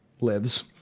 lives